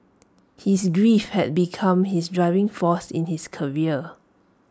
his grief had become his driving force in his career